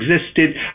existed